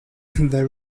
there